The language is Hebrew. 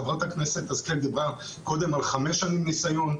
חברת הכנסת השכל דיברה קודם על חמש שנים ניסיון,